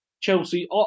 Chelsea